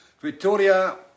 Victoria